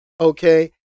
okay